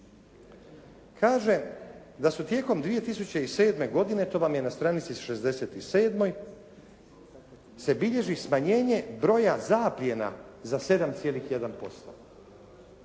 Kaže da su tijekom 2007. godine, to vam je na stranici 67 se bilježi smanjenje broja zaplijena za 7,1%.